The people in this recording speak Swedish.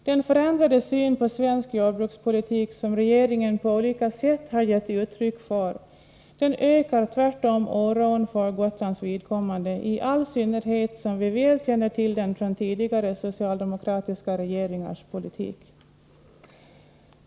Den förändrade syn på svensk jordbrukspolitik som regeringen på olika sätt har givit uttryck för ökar tvärtom vår oro för Gotlands vidkommande, i all synnerhet som vi väl känner till den från tidigare socialdemokratiska regeringars politik.